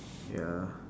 ya